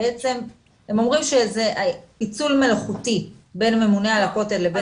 הם אומרים שזה איצול מלאכותי בין ממונה על הכותל לבין